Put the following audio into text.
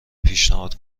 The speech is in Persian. پیشنهاد